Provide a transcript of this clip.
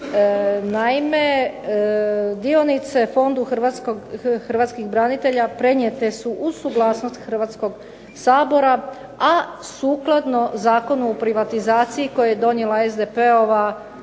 Naime, dionice Fondu hrvatskih branitelja prenijete su uz suglasnost Hrvatskoga sabora, a sukladno Zakonu o privatizaciji koji je donijela SDP-ova